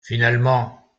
finalement